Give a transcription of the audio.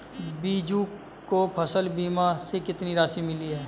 बीजू को फसल बीमा से कितनी राशि मिली है?